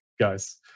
guys